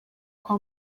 kwa